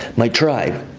my tribe.